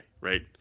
right